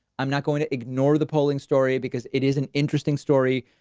i'm not going to ignore the polling story because it is an interesting story.